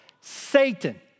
Satan